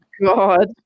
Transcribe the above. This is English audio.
god